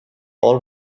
all